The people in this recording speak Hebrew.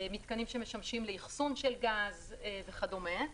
מתקנים שמשמשים לאחסון של גז וכדומה,